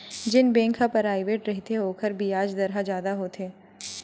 जेन बेंक ह पराइवेंट रहिथे ओखर बियाज दर ह जादा होथे